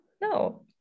no